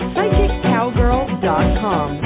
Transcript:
PsychicCowgirl.com